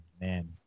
man